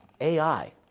AI